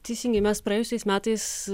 teisingai mes praėjusiais metais